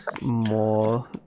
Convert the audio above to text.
more